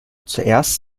zuerst